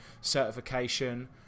certification